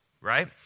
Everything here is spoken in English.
right